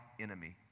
enemy